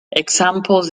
examples